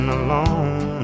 alone